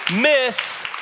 miss